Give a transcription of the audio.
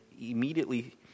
immediately